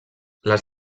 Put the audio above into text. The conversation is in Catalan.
les